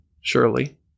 surely